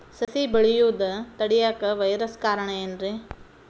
ಸಸಿ ಬೆಳೆಯುದ ತಡಿಯಾಕ ವೈರಸ್ ಕಾರಣ ಏನ್ರಿ?